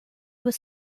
was